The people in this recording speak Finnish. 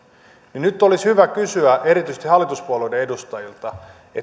niin nyt olisi hyvä kysyä erityisesti hallituspuolueiden edustajilta